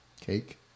Cake